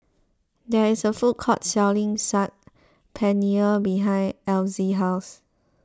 there is a food court selling Saag Paneer behind Elzy's house